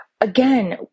Again